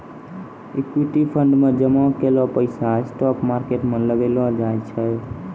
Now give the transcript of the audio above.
equity fund मे जामा कैलो पैसा स्टॉक मार्केट मे लगैलो जाय छै